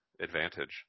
advantage